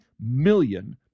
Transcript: million